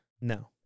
No